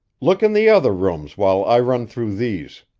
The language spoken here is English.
look in the other rooms while i run through these.